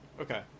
Okay